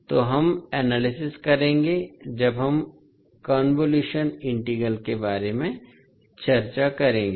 तोहम एनालिसिस करेंगे जब हम कोंवोलुशन इंटीग्रल के बारे में चर्चा करेंगे